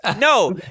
No